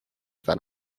than